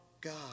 God